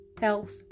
health